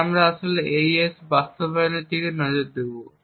তাই আমরা আসলে এই AES বাস্তবায়নের দিকে নজর দেব